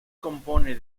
compone